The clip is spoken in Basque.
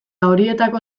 horietako